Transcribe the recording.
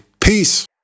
peace